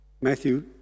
Matthew